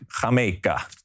jamaica